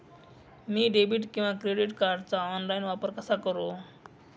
मी debit किंवा credit कार्डचा online वापर कसा करु?